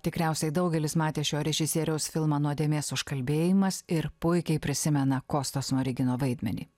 tikriausiai daugelis matė šio režisieriaus filmą nuodėmės užkalbėjimas ir puikiai prisimena kosto smorigino vaidmenį